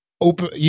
open